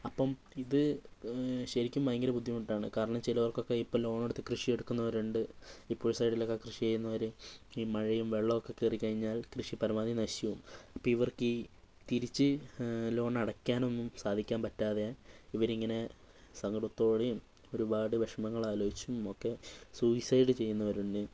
അപ്പം ഇത് ശരിക്കും ഭയങ്കര ബുദ്ധിമുട്ടാണ് കാരണം ചിലവർക്കൊക്കെ ഇപ്പോൾ ലോൺ എടുത്ത് കൃഷി എടുക്കുന്നവരുണ്ട് ഈ പുഴ സൈഡിലൊക്കെ കൃഷി ചെയ്യുന്നവർ ഈ മഴയും വെള്ളമൊക്കെ കയറി കഴിഞ്ഞാൽ കൃഷി പരമാവധി നശിച്ചു പോവും അപ്പോൾ ഇവർക്ക് ഈ തിരിച്ച് ലോൺ അടയ്ക്കാനൊന്നും സാധിക്കാൻ പറ്റാതെ ഇവരിങ്ങനെ സങ്കടത്തോടെയും ഒരുപാട് വിഷമങ്ങൾ ആലോചിച്ചും ഒക്കെ സൂയിസൈഡ് ചെയ്യുന്നവരുണ്ട്